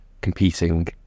competing